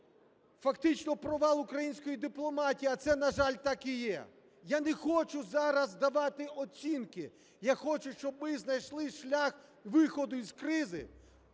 фактично провал української дипломатії, а це, на жаль, так і є. Я не хочу зараз давати оцінки, я хочу, щоб ми знайшли шлях виходу з кризи,